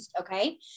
okay